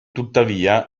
tuttavia